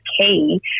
key